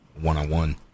one-on-one